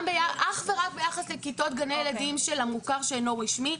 אך ורק ביחס לכיתות גני ילדים של המוכר שאינו רשמי.